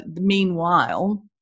meanwhile